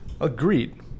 agreed